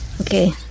Okay